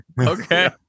okay